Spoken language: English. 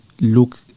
look